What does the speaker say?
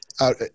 Out